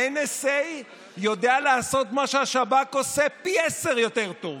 ה-NSA יודע לעשות מה שהשב"כ עושה פי עשרה יותר טוב.